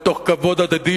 בכבוד הדדי,